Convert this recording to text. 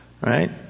right